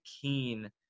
keen